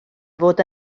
fod